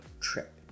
TRIP